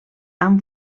amb